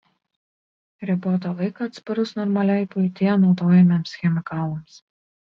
ribotą laiką atsparus normaliai buityje naudojamiems chemikalams